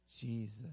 Jesus